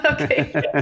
Okay